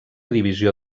divisió